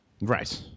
Right